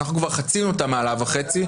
אנחנו כבר חצינו את המעלה וחצי,